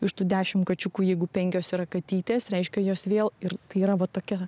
iš tų dešim kačiukų jeigu penkios yra katytės reiškia jos vėl ir tai yra va tokia